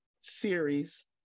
series